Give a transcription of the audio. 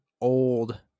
old